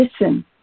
listen